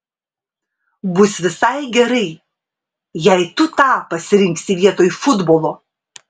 bus visai gerai jei tu tą pasirinksi vietoj futbolo